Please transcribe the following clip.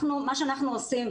מה שאנחנו עושים,